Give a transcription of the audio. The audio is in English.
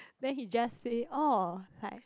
then he just say oh like